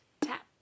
Tap